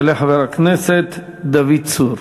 יעלה חבר הכנסת דוד צור.